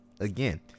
Again